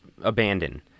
abandoned